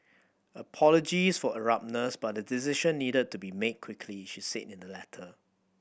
apologies for abruptness but a decision needed to be made quickly she said in the letter